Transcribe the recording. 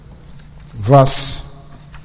verse